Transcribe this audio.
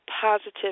positive